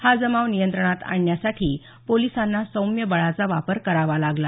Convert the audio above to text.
हा जमाव नियंत्रणात आणण्यासाठी पोलिसांना सौम्य बळाचा वापर करावा लागला